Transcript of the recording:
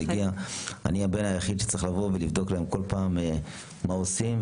אני הבן היחיד שמגיע ובודק להם בכל פעם מה עושים.